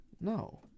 No